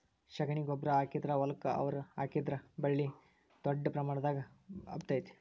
ಶಗಣಿ ಗೊಬ್ಬ್ರಾ ಹಾಕಿದ ಹೊಲಕ್ಕ ಅವ್ರಿ ಹಾಕಿದ್ರ ಬಳ್ಳಿ ದೊಡ್ಡ ಪ್ರಮಾಣದಾಗ ಹಬ್ಬತೈತಿ